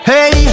Hey